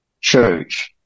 church